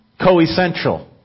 coessential